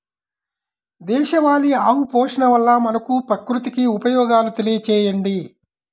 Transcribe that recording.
దేశవాళీ ఆవు పోషణ వల్ల మనకు, ప్రకృతికి ఉపయోగాలు తెలియచేయండి?